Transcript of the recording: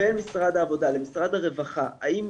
בין משרד האוצר למשרד הרווחה האם